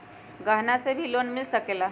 गहना से भी लोने मिल सकेला?